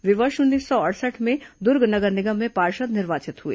वे वर्ष उन्नीस सौ अड़सठ में दुर्ग नगर निगम में पार्षद निर्वाचित हुए